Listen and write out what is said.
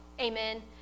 Amen